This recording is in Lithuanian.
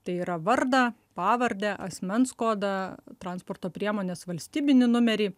tai yra vardą pavardę asmens kodą transporto priemonės valstybinį numerį